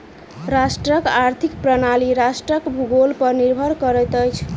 राष्ट्रक आर्थिक प्रणाली राष्ट्रक भूगोल पर निर्भर करैत अछि